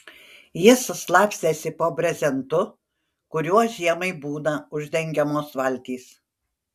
jis slapstėsi po brezentu kuriuo žiemai būna uždengiamos valtys